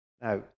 Now